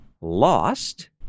lost